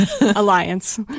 alliance